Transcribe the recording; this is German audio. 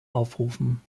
aufrufen